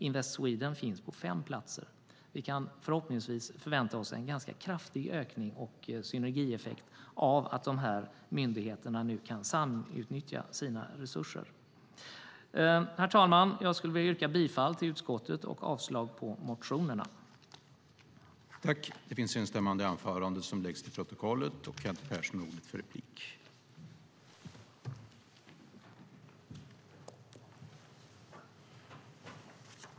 Invest Sweden finns på fem platser. Förhoppningsvis kan vi förvänta oss en ganska kraftig ökning och synergieffekt av att myndigheterna nu kan samutnyttja sina resurser. Herr talman! Jag skulle vilja yrka bifall till utskottets förslag och avslag på motionerna.